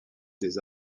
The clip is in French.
des